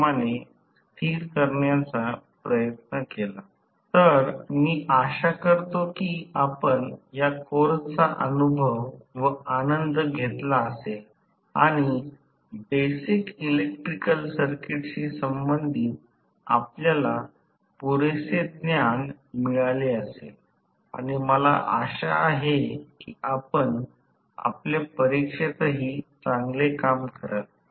आम्हे हे देखील पाहिले आहे की जास्तीत जास्त उर्जा चाचणीसाठी DC सर्किट मधील प्रमेय जे r भार r थेव्हिनिन नसतात